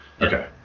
okay